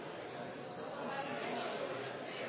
statsråd